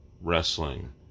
wrestling